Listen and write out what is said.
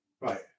Right